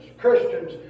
Christians